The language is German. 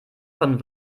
von